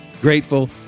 Grateful